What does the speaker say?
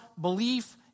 belief